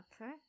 Okay